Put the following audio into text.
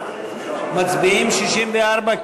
מצביעים על 64?